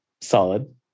Solid